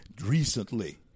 recently